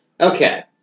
Okay